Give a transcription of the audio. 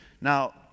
Now